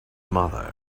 mother